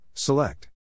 Select